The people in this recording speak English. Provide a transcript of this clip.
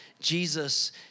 Jesus